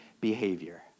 behavior